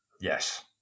Yes